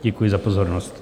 Děkuji za pozornost.